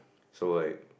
so like